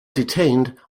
detained